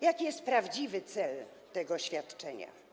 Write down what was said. Jaki jest prawdziwy cel tego świadczenia?